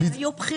היו בחירות.